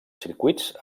circuits